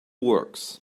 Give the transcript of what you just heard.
works